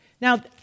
Now